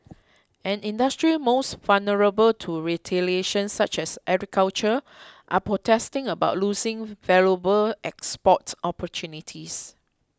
and industries most vulnerable to retaliation such as agriculture are protesting about losing valuable export opportunities